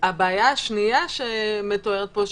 --- הבעיה השנייה שמתוארת פה,